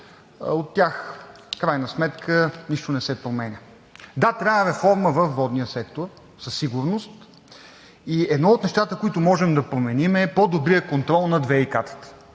От тях нищо не се променя. Да, трябва реформа във водния сектор със сигурност. Едно от нещата, които можем да променим, е по-добрият контрол над ВиК-тата.